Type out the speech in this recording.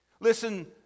listen